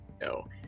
No